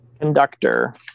conductor